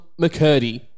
McCurdy